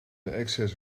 excess